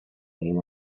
ell